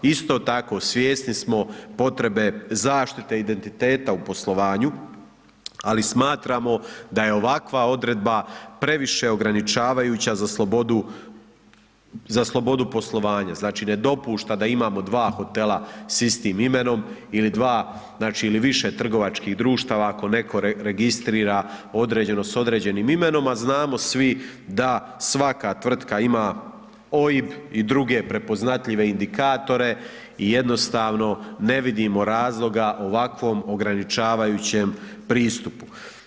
Isto tako, svjesni smo potrebe zaštite identiteta u poslovanju, ali smatramo da je ovakva odredba previše ograničavajuća za slobodu poslovanja, znači, ne dopušta da imamo dva hotela s istim imenom ili dva, znači, ili više trgovačkih društava ako netko registrira određeno s određenim imenom, a znamo svi da svaka tvrtka ima OIB i druge prepoznatljive indikatore i jednostavno ne vidimo razloga ovakvom ograničavajućem pristupu.